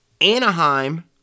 Anaheim